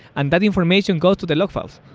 and that information goes to the log files.